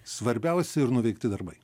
svarbiausi ir nuveikti darbai